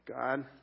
God